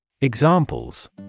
Examples